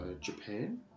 Japan